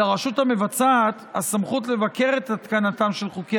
לרשות המבצעת הסמכות לבקר את התקנתם של חוקי